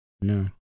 No